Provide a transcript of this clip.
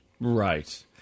Right